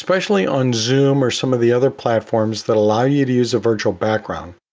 especially on zoom or some of the other platforms that allow you to use a virtual background,